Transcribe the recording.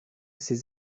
ses